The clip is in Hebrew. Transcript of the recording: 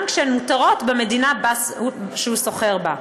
גם כשהן מותרות במדינה שהוא סוחר בה.